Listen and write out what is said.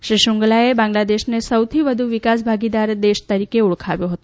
શ્રી શૃંગલાએ બાંગ્લાદેશને સૌથી વધુ વિકાસ ભાગીદાર દેશ તરીકે ઓળખાવ્યો હતો